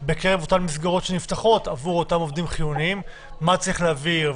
בקרב אותן מסגרות שנפתחות עבור אותם עובדים חיוניים: מה צריך להבהיר,